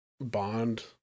Bond